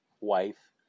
wife